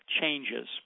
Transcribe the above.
changes